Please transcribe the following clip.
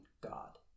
God